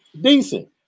Decent